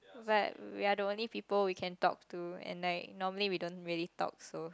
but we are the only people we can talk to and like normally we don't really talk so